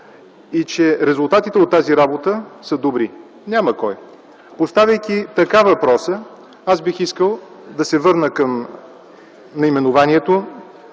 и че резултатите от тази работа са добри? Няма кой! Поставяйки така въпроса, аз бих искал да се върна към наименованието